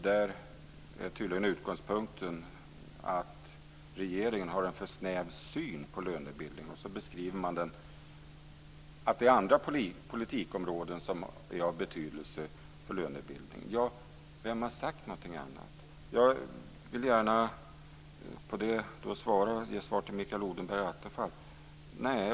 Där är tydligen utgångspunkten att regeringen har en för snäv syn på lönebildning. Så beskriver man att det är andra politikområden som är av betydelse för lönebildningen. Ja, vem har sagt något annat? Jag vill gärna ge det svaret till Odenberg och Attefall.